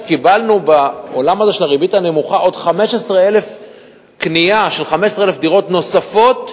קיבלנו בעולם הזה של הריבית הנמוכה קנייה של 15,000 דירות נוספות,